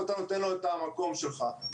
ואתה נותן לו את המקום שלך.